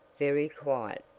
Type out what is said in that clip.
very quiet.